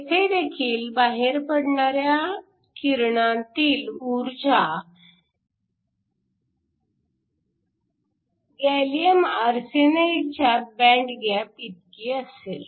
येथे देखील बाहेर पडणाऱ्या किरणातील ऊर्जा गॅलीअम आर्सेनाइडच्या बँड गॅप इतकी असेल